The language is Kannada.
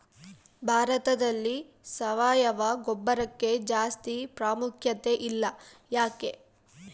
ಭಾರತದಲ್ಲಿ ಸಾವಯವ ಗೊಬ್ಬರಕ್ಕೆ ಜಾಸ್ತಿ ಪ್ರಾಮುಖ್ಯತೆ ಇಲ್ಲ ಯಾಕೆ?